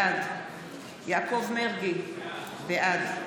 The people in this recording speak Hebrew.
בעד יעקב מרגי בעד